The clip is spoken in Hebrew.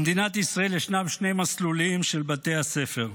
במדינת ישראל ישנם שני מסלולים של בתי הספר: